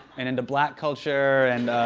and into black culture, and,